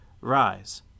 Rise